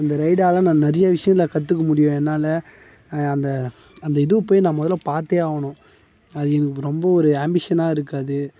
இந்த ரெய்டாலா நான் நிறைய விஷயங்களில் கற்றுக்க முடியும் என்னால் அந்த அந்த இது போய் நான் முதல்ல பார்த்தே ஆகணும் அது எனக்கு ரொம்ப ஒரு ஆம்பிஷன்னாருக்கு அது